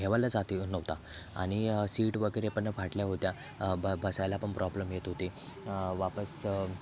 घ्याववला जात नव्हता आणि सीट वगैरे पण फाटल्या होत्या ब बसायला पन प्रॉब्लेम येत होते वापस